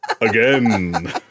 Again